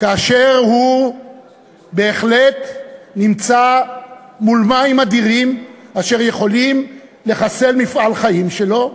כאשר הוא בהחלט נמצא מול מים אדירים אשר יכולים לחסל מפעל חיים שלו,